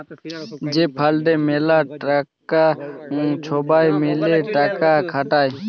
যে ফাল্ডে ম্যালা টাকা ছবাই মিলে টাকা খাটায়